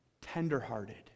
tenderhearted